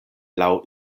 laŭ